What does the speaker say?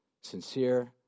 sincere